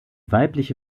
weibliche